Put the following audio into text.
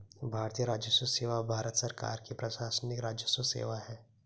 भारतीय राजस्व सेवा भारत सरकार की प्रशासनिक राजस्व सेवा है